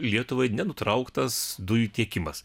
lietuvai nutrauktas dujų tiekimas